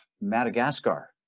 Madagascar